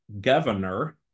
governor